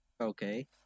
okay